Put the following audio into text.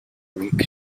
bleak